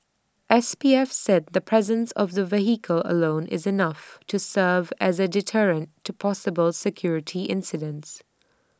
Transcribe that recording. S P F said the presence of the vehicle alone is enough to serve as A deterrent to possible security incidents